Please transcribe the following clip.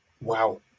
wow